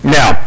Now